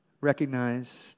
recognize